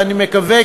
ואני מקווה,